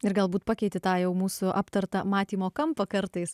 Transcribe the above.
ir galbūt pakeiti tą jau mūsų aptartą matymo kampą kartais